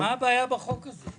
מה הבעיה בחוק הזה?